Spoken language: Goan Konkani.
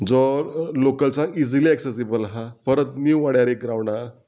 जो लोकल्सांक इजिली एक्सेसीबल आहा परत नीव वाड्यार एक ग्रावंड आहा